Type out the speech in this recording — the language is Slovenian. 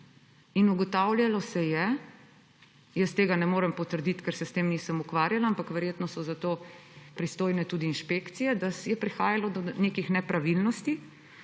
In ugotavljalo se je, jaz tega ne morem potrditi, ker se s tem nisem ukvarjala, ampak verjetno so za to pristojne tudi inšpekcije, da je prihajalo do nekih nepravilnosti.